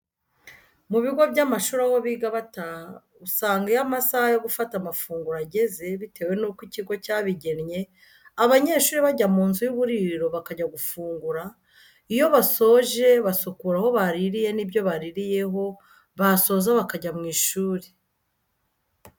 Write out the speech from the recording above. Mu bigo by'amashuri aho biga bataha usanga iyo amasaha yo gufata amafunguro ajyeze bitewe nuko icyigo cyabijyennye abanyeshuri bajya mu nzu y'uburiro bakajya gufungura ,iyo basoje basukura aho baririye n'ibyo baririyeho basoza bakajya mu ishuri.